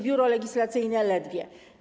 Biuro Legislacyjne ledwie.